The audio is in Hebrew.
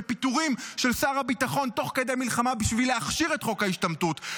בפיטורים של שר הביטחון תוך כדי מלחמה בשביל להכשיר את חוק ההשתמטות,